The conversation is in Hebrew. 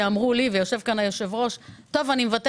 אמרו לי ונמצא כאן היושב-ראש טוב,